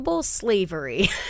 Slavery